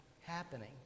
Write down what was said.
happening